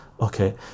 okay